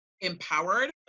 empowered